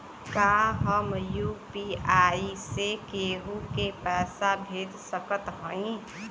का हम यू.पी.आई से केहू के पैसा भेज सकत हई?